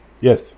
Yes